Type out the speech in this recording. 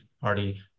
party